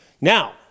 Now